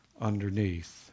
underneath